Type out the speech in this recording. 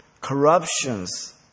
corruptions